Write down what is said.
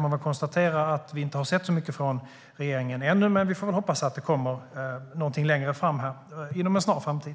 Man kan konstatera att vi inte har sett så mycket från regeringen ännu, men vi får hoppas att det kommer någonting inom en snar framtid.